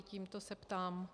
Tímto se ptám.